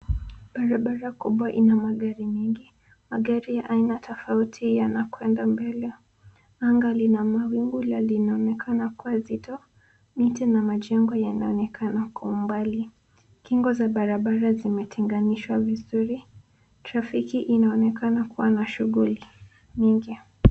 Barabara kubwa ina magari mengi. Magari ya aina tofauti yanakwenda mbele. Anga lina mawingu na linaonekana kuwa zito. Miti na majengo yanaonekana kwa umbali. Kingo za barabara zimetenganishwa vizuri. Trafiki inaonekana kuwa na shughuli nyingi.